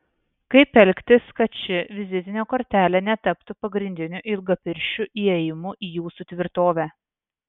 kaip elgtis kad ši vizitinė kortelė netaptų pagrindiniu ilgapirščių įėjimu į jūsų tvirtovę